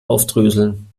aufdröseln